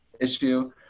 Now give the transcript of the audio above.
issue